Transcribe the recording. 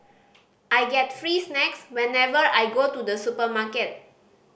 I get free snacks whenever I go to the supermarket